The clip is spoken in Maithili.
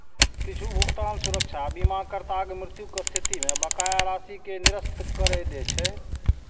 किछु भुगतान सुरक्षा बीमाकर्ताक मृत्युक स्थिति मे बकाया राशि कें निरस्त करै दै छै